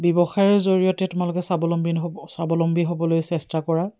ব্যৱসায়ৰ জৰিয়তে তোমালোকে স্বাৱলম্বীন হ'ব স্বাৱলম্বী হ'বলৈ চেষ্টা কৰা